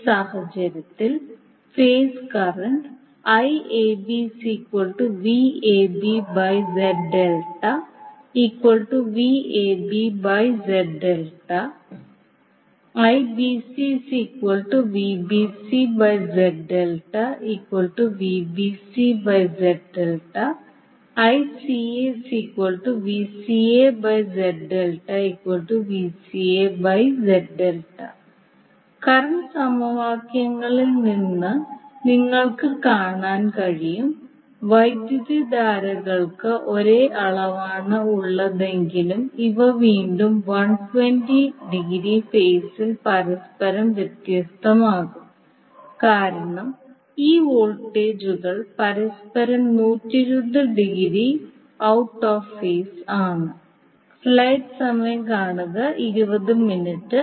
ഈ സാഹചര്യത്തിൽ phase current current സമവാക്യങ്ങളിൽ നിന്ന് നിങ്ങൾക്ക് കാണാൻ കഴിയും വൈദ്യുതധാരകൾക്ക് ഒരേ അളവാണ് ഉള്ളതെങ്കിലും ഇവ വീണ്ടും 120 ഡിഗ്രി ഫേസിൽ പരസ്പരം വ്യത്യസ്തമാകും കാരണം ഈ വോൾട്ടേജുകൾ പരസ്പരം 120 ഡിഗ്രി ഔട്ട് ഓഫ് ഫേസ് ആണ്